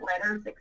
letters